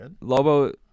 Lobo